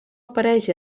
apareix